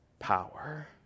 power